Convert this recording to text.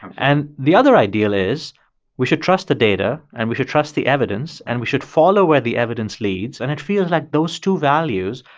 um and the other ideal is we should trust the data, and we should trust the evidence and we should follow where the evidence leads and it feels like those two values,